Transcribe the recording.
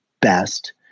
best